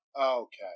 Okay